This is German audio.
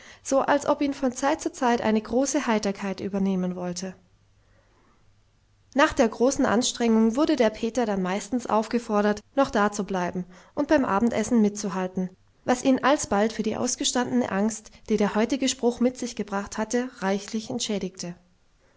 so als ob ihn von zeit zu zeit eine große heiterkeit übernehmen wollte nach der großen anstrengung wurde der peter dann meistens aufgefordert noch dazubleiben und beim abendessen mitzuhalten was ihn alsbald für die ausgestandene angst die der heutige spruch mit sich gebracht hatte reichlich entschädigte